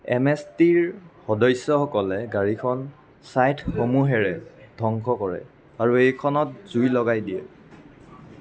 M S টিৰ সদস্যসকলে গাড়ীখন ছাইথসমূহেৰে ধ্বংস কৰে আৰু এইখনত জুই লগাই দিয়ে